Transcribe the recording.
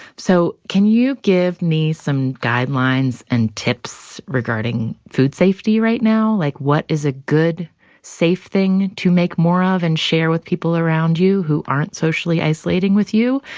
so can you give me some guidelines and tips regarding food safety right now? like what is a good safe thing to make more of and share with people around you who aren't socially isolating with you?